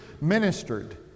ministered